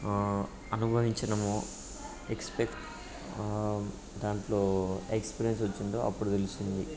అనుభవించినామో expect దాంట్లో experience వచ్చిందో అప్పుడు తెలుస్తుంది